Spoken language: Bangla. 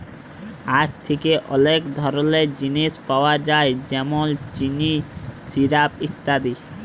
আখ থ্যাকে অলেক ধরলের জিলিস পাওয়া যায় যেমল চিলি, সিরাপ ইত্যাদি